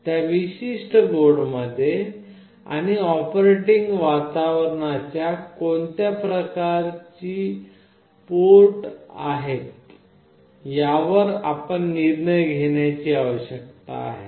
त्या विशिष्ट बोर्ड मध्ये आणि ऑपरेटिंग वातावरणात कोणत्या प्रकारची पोर्ट आहेत यावर आपण निर्णय घेण्याची आवश्यकता आहे